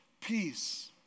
peace